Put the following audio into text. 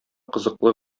кызыклы